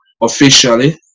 officially